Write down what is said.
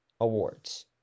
awards